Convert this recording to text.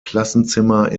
klassenzimmer